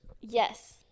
Yes